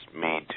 made